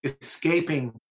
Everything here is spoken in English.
escaping